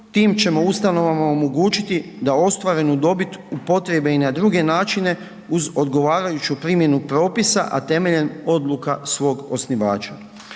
tim ćemo ustanovama omogućiti da ostvarenu dobit upotrijebe i na druge načine uz odgovarajuću primjenu propisa, a temeljem odluka svog osnivača.